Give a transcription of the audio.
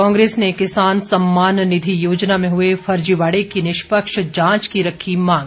कांग्रेस ने किसान सम्मान निधि योजना में हुए फर्जीवाड़े की निष्पक्ष जांच की रखी मांग